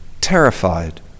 terrified